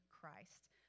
Christ